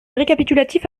récapitulatif